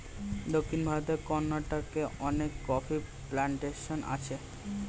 দক্ষিণ ভারতের কর্ণাটকে অনেক কফি প্ল্যান্টেশন আছে